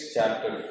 Chapter